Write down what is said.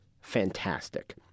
fantastic